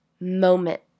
moment